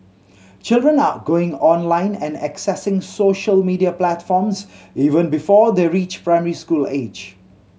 children are going online and accessing social media platforms even before they reach primary school age